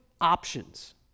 options